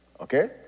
Okay